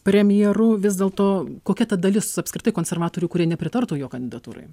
premjeru vis dėl to kokia ta dalis apskritai konservatorių kurie nepritartų jo kandidatūrai